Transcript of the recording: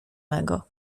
mego